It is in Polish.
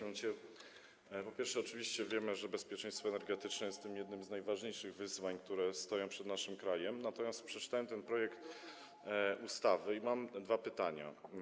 Mianowicie po pierwsze oczywiście wiemy, że bezpieczeństwo energetyczne jest jednym z tych najważniejszych wyzwań, które stoją przed naszym krajem, natomiast przeczytałem ten projekt ustawy i mam dwa pytania.